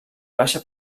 baixa